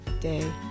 day